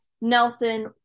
Nelson